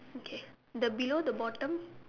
okay the below the bottom